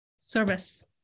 service